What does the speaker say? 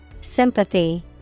Sympathy